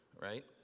right